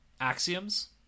Axioms